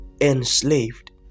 enslaved